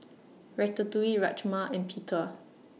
Ratatouille Rajma and Pita